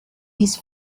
his